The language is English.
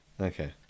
Okay